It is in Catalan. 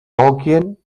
tolkien